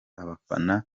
abafana